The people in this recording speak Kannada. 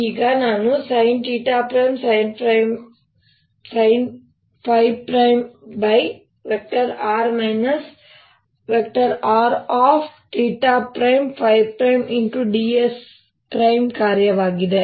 ಈಗ ನಾನು sinsinϕ|r R|ds ಕಾರ್ಯವಾಗಿದೆ